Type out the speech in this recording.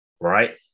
Right